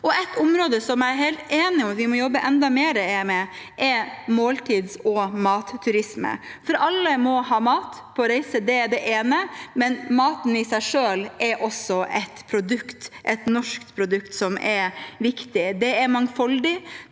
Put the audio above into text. Et område som jeg er helt enig i at vi må jobbe enda mer med, er måltids- og matturisme. Alle må ha mat på reise, det er det ene, men maten i seg selv er også et produkt, et norsk produkt som er viktig. Det er mangfoldig,